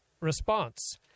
response